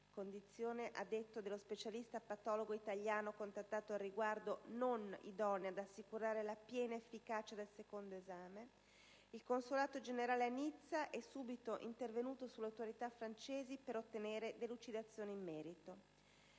(condizione, a detta dello specialista patologo italiano contattato al riguardo, non idonea ad assicurare la piena efficacia del secondo esame), il consolato generale a Nizza è subito intervenuto sulle autorità francesi per ottenere delucidazioni in merito.